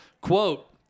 Quote